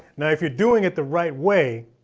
now if you're doing it the right way